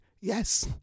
Yes